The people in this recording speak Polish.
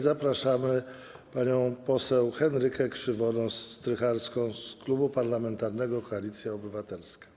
Zapraszam panią poseł Henrykę Krzywonos-Strycharską z Klubu Parlamentarnego Koalicja Obywatelska.